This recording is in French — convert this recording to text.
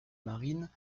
marine